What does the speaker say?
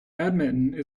badminton